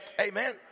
amen